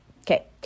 Okay